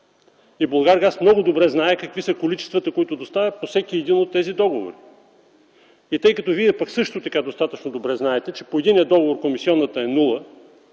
и „Булгаргаз” много добре знае какви са количествата, които доставя, по всеки един от тези договори. Тъй като Вие също така достатъчно добре знаете, че по единия договор комисионата е нула,